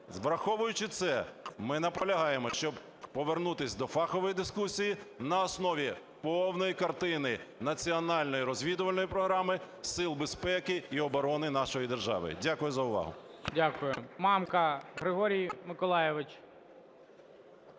Враховуючи це, ми наполягаємо, щоб повернутись до фахової дискусії на основі повної картини національної розвідувальної програми, сил безпеки і оборони нашої держави. Дякую за увагу.